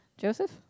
Joseph